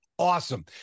Awesome